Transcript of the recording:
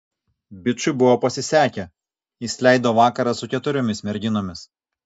bičui buvo pasisekę jis leido vakarą su keturiomis merginomis